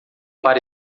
para